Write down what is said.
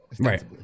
Right